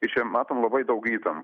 tai čia matom labai daug įtam